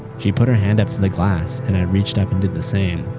she put her hand up to the glass and i reached up and did the same.